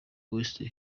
west